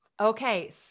Okay